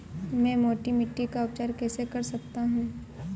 मैं मोटी मिट्टी का उपचार कैसे कर सकता हूँ?